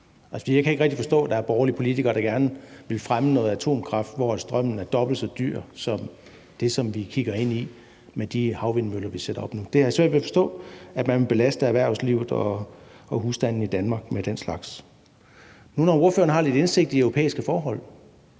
jeg kan ikke rigtig forstå, at der er borgerlige politikere, der gerne vil fremme noget atomkraft, hvorfra strømmen er dobbelt så dyr som det, som vi kigger ind i med de havvindmøller, vi sætter op nu. Jeg har svært ved at forstå, at man vil belaste erhvervslivet og husstandene i Danmark med den slags. Nu når ordføreren har lidt indsigt i europæiske forhold,